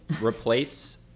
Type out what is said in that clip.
replace